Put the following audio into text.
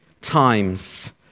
times